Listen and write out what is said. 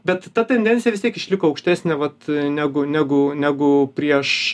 bet ta tendencija vis tiek išliko aukštesnė vat negu negu negu prieš